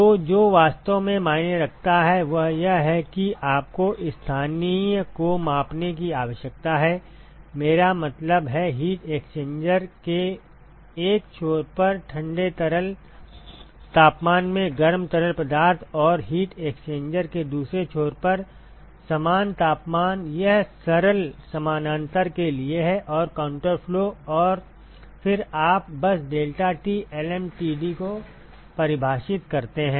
तो जो वास्तव में मायने रखता है वह यह है कि आपको स्थानीय को मापने की आवश्यकता है मेरा मतलब है हीट एक्सचेंजर के 1 छोर पर ठंडे तरल तापमान में गर्म तरल पदार्थ और हीट एक्सचेंजर के दूसरे छोर पर समान तापमान यह सरल समानांतर के लिए है और काउंटर फ्लो और फिर आप बस deltaT lmtd को परिभाषित करते हैं